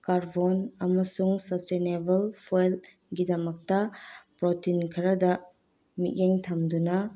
carbon ꯑꯃꯁꯨꯡ ꯁꯕꯆꯦꯅꯦꯕꯜ ꯐꯣꯋꯦꯜꯒꯤꯗꯃꯛꯇ ꯄ꯭ꯔꯣꯇꯤꯟ ꯈꯔꯗ ꯃꯤꯠꯌꯦꯡ ꯊꯝꯗꯨꯅ